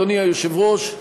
אדוני היושב-ראש,